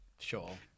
sure